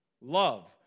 love